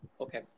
Okay